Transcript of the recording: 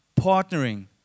partnering